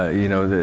you know,